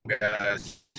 guys